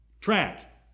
track